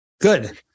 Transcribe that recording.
Good